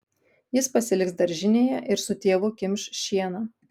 jis pasiliks daržinėje ir su tėvu kimš šieną